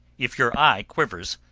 if your eye quivers,